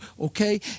Okay